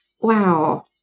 wow